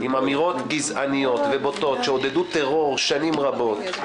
עם אמירות גזעניות ובוטות שעודדו טרור שנים רבות.